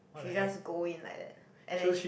she just go in like that and then